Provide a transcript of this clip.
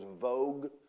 vogue